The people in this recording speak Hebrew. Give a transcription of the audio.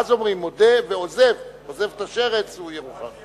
ואז אומרים "מודה ועוזב" עוזב את השרץ, הוא ירוחם.